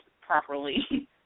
properly